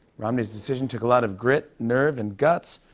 romney's decision took a lot of grit, nerve, and guts.